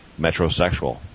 metrosexual